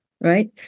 right